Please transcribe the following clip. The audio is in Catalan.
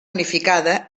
unificada